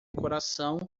coração